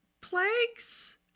plagues